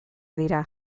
dira